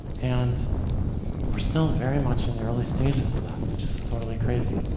and we're still very much in the early stages of that, which is totally crazy.